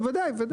ודאי.